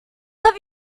have